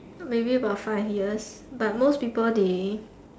maybe about five years but most people they